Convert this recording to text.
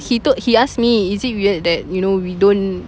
he told he ask me is it weird that you know we don't